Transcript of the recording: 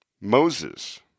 moses